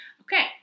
Okay